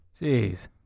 Jeez